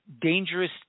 dangerous